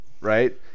right